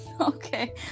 okay